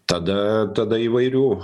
tada tada įvairių